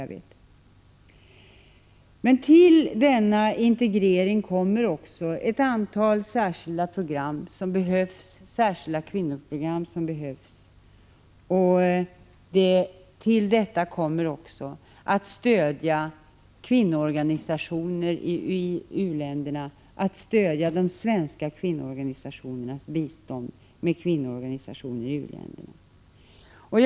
57 Men förutom denna integrering behövs ett antal särskilda kvinnoprogram, och till detta kommer också att stödja kvinnoorganisationer i u-länderna och att stödja de svenska kvinnoorganisationernas bistånd till kvinnoorganisationer i u-länderna.